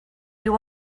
you